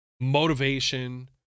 motivation